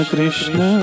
Krishna